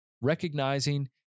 recognizing